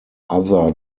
other